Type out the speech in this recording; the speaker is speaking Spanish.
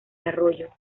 arroyo